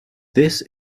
this